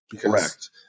Correct